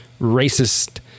racist